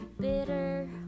Bitter